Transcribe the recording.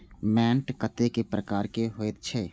मैंट कतेक प्रकार के होयत छै?